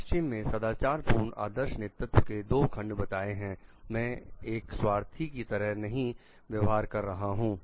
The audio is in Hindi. तो पश्चिम ने सदाचार पूर्ण आदर्श नेतृत्व के दो खंड बताए हैं मैं एक स्वार्थी की तरह नहीं व्यवहार कर रहा हूं